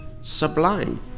sublime